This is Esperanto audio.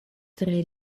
tre